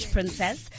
Princess